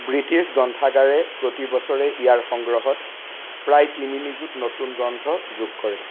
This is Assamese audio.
ব্ৰিটিছ গ্ৰন্থাগাৰে প্ৰতি বছৰে ইয়াৰ সংগ্ৰহত প্ৰায় তিনি নিযুত নতুন গ্ৰন্থ যোগ কৰে